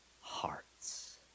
hearts